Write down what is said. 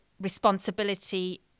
responsibility